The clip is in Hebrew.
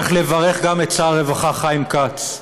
צריך לברך גם את שר הרווחה חיים כץ,